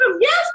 Yes